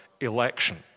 election